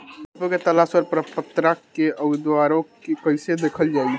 विकल्पों के तलाश और पात्रता और अउरदावों के कइसे देखल जाइ?